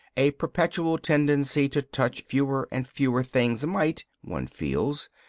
a perpetual tendency to touch fewer and fewer things might one feels,